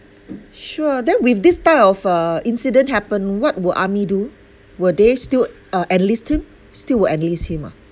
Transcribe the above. sure then with this type of uh incident happen what will army do will they still uh enlist him still will enlist him ah